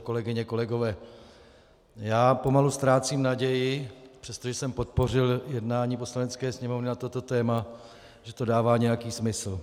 Kolegyně, kolegové, pomalu ztrácím naději, přestože jsem podpořil jednání Poslanecké sněmovny na této téma, že to dává nějaký smysl.